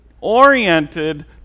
oriented